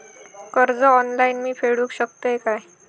कर्ज ऑनलाइन मी फेडूक शकतय काय?